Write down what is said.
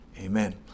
Amen